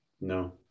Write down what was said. No